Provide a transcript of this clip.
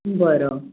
बरं